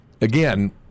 again